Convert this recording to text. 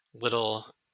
little